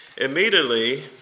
Immediately